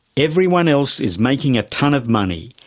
everyone else is making a tonne of money,